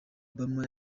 obama